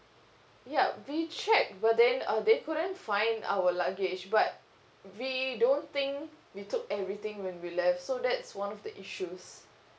yup we checked but then uh they couldn't find our luggage but we don't think we took everything when we left so that's one of the issues